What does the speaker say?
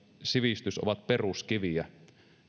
sivistys ovat peruskiviä